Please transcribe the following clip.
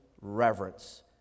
reverence